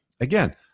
again